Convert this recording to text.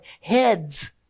heads